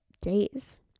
days